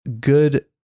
good